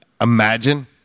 imagine